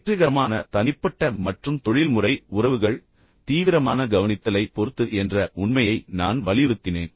வெற்றிகரமான தனிப்பட்ட மற்றும் தொழில்முறை உறவுகள் தீவிரமான கவனித்தலை பொறுத்தது என்ற உண்மையை நான் வலியுறுத்தினேன்